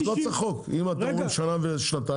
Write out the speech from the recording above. לא צריך חוק אם אתה אומר שנה ושנתיים,